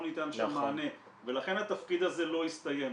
ניתן שם מענה ולכן התפקיד הזה לא הסתיים.